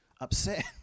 upset